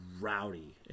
rowdy